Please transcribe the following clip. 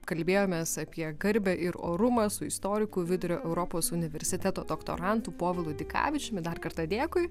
kalbėjomės apie garbę ir orumą su istoriku vidurio europos universiteto doktorantu povilu dikavičiumi dar kartą dėkui